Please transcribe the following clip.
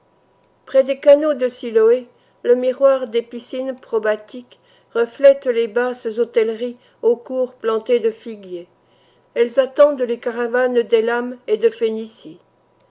près des canaux de siloë le miroir des piscines probatiques reflète les basses hôtelleries aux cours plantées de figuiers elles attendent les caravanes d'élamm et de phénicie